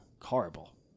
horrible